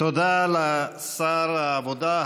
תודה לשר העבודה,